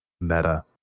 Meta